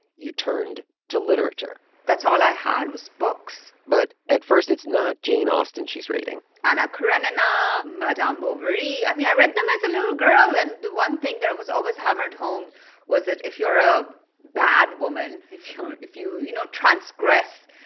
you turned to literature that's all i had, was books but, at first, it's not jane austen she's reading anna karenina, madame bovary i mean, i read them as a little girl. and the one thing that was always hammered home was that if you're a bad woman, if you, you you know, transgress,